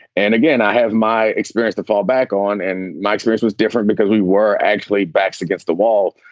and again, i have my experience to fall back on. and mike's voice was different because we were actually backs against the wall.